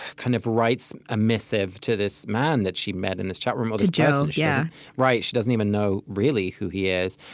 kind of writes a missive to this man that she met in this chat room to joe yeah right, she doesn't even know, really, who he is.